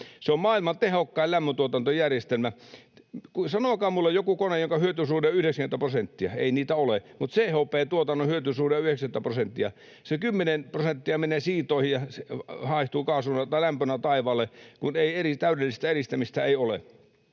Se on maailman tehokkain lämmöntuotantojärjestelmä. Sanokaa minulle joku kone, jonka hyötysuhde on 90 prosenttia — ei niitä ole, mutta CHP-tuotannon hyötysuhde on 90 prosenttia. Se kymmenen prosenttia menee siirtoihin ja se haihtuu kaasuna tai lämpönä taivaalle, kun täydellistä eristämistä ei ole,